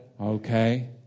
Okay